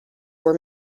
were